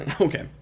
Okay